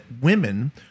women